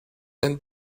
and